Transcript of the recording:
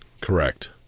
Correct